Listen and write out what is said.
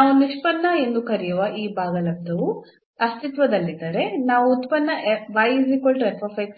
ನಾವು ನಿಷ್ಪನ್ನ ಎಂದು ಕರೆಯುವ ಈ ಭಾಗಲಬ್ಧವು ಅಸ್ತಿತ್ವದಲ್ಲಿದ್ದರೆ ನಾವು ಉತ್ಪನ್ನ